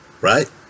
Right